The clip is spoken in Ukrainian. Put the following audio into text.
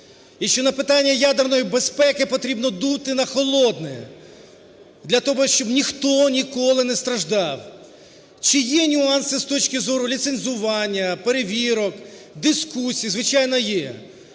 і що на питання ядерної безпеки потрібно дути на холодне для того, щоб ніхто ніколи не страждав. Чи є нюанси з точки зору ліцензування, перевірок, дискусій? Звичайно, є,